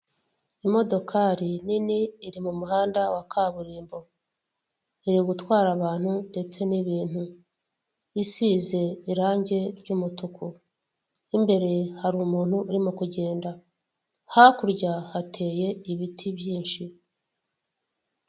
Imodokari nini iri mu muhanda wa kaburimbo iri gutwara abantu ndetse n'ibintu isize irange ry'umutuku imbere hari umuntu urimo kugenda, hakurya hateye ibiti byinshi.